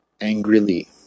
angrily